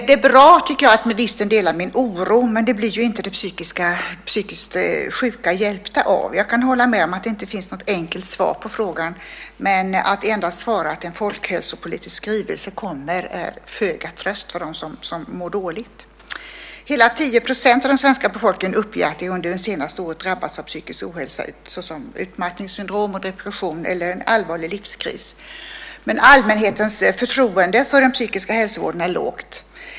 Det är bra att ministern delar min oro, men det blir ju inte de psykiskt sjuka hjälpta av. Jag kan hålla med om att det inte finns något enkelt svar på frågan, men att endast svara att en folkhälsopolitisk skrivelse kommer är till föga tröst för dem som mår dåligt. Hela 10 % av den svenska befolkningen uppger att de under det senaste året drabbats av psykisk ohälsa såsom utmattningssyndrom, depression eller en allvarlig livskris. Allmänhetens förtroende för den psykiska hälsovården är dock lågt.